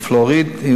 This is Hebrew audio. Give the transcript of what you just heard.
ופלואוריד הוא